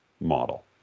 model